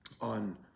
on